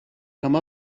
come